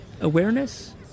awareness